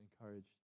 encouraged